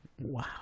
Wow